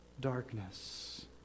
darkness